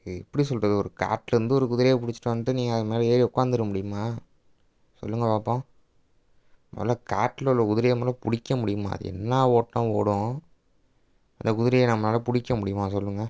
இது எப்படி சொல்கிறது ஒரு காட்டில் இருந்து ஒரு குதிரையை பிடிச்சிட்டு வந்துட்டு நீங்கள் அது மேலே ஏறி உக்காந்துர முடியுமா சொல்லுங்கள் பார்ப்போம் முதல்ல காட்டில் உள்ள குதிரையை உங்களை பிடிக்க முடியுமா அது என்ன ஓட்டம் ஓடும் அந்த குதிரையை நம்மளால் பிடிக்க முடியுமா சொல்லுங்கள்